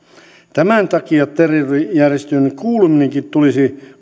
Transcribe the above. tämän takia terrorijärjestöön kuuluminenkin tulisi